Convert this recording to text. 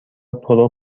پرو